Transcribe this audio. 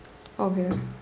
okay